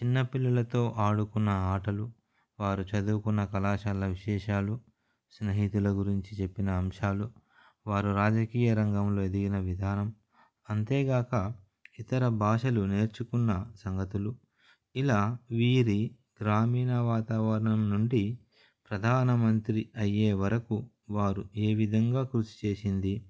చిన్నపిల్లలతో ఆడుకున్న ఆటలు వారు చదువుకున్న కళాశాల విశేషాలు స్నేహితుల గురించి చెప్పిన అంశాలు వారు రాజకీయ రంగంలో ఎదిగిన విధానం అంతేగాక ఇతర భాషలు నేర్చుకున్న సంగతులు ఇలా వీరి గ్రామీణ వాతావరణం నుండి ప్రధానమంత్రి అయ్యే వరకు వారు ఏ విధంగా కృషి చేసింది